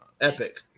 Epic